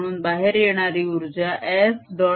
म्हणून बाहेर येणारी उर्जा S